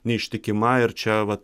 neištikima ir čia va